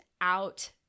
out